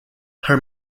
her